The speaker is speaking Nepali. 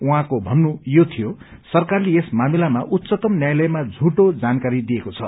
उहाँको भन्नु यो थियो सरकारले यस मामिलामा उच्चतम न्यायालयमा झूठो जानकारी दिएको छ